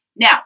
Now